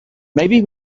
maybe